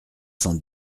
cent